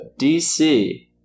DC